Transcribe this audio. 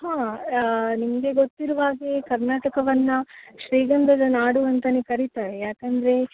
ಹಾಂ ನಿಮಗೆ ಗೊತ್ತಿರುಹಾಗೆ ಕರ್ನಾಟಕವನ್ನು ಶ್ರೀಗಂಧದ ನಾಡು ಅಂತನೇ ಕರೀತಾರೆ ಯಾಕೆಂದ್ರೆ